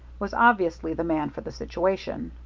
was obviously the man for the situation.